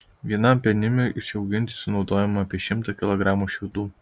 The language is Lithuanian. vienam penimiui išauginti sunaudojama apie šimtą kilogramų šiaudų